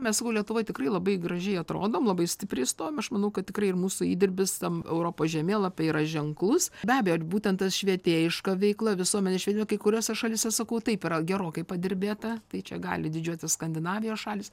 mes sakau lietuvoj tikrai labai gražiai atrodom labai stipriai su tuom aš manau kad tikrai ir mūsų įdirbis tam europos žemėlapyje yra ženklus be abejo būtent ta švietėjiška veikla visuomenės švietimo kai kuriose šalyse sakau taip yra gerokai padirbėta tai čia gali didžiuotis skandinavijos šalys